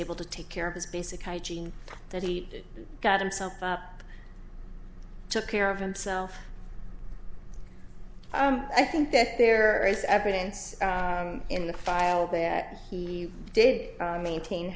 able to take care of his basic hygiene that he got himself up took care of himself i think that there is evidence in the file that he did maintain